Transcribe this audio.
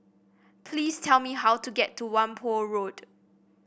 please tell me how to get to Whampoa Road